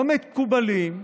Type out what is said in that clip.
לא מקובלים,